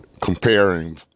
comparing